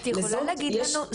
את יכולה להגיד לנו,